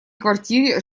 квартире